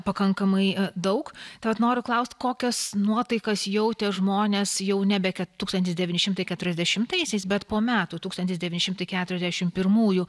pakankamai daug tai vat noriu klaust kokias nuotaikas jautė žmonės jau nebe tūkstantis devyni šimtai keturiasdešimtaisiais bet po metų tūkstantis devyni šimtai keturiasdešim pirmųjų